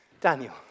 Daniel